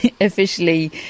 officially